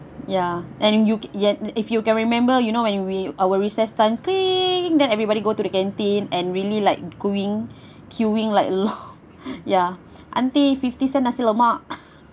ya and in yo~ and if you can remember you know when we we our recess time ding then everybody go to the canteen and really like going queuing like long ya aunty fifty cent nasi lemak